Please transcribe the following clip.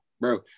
bro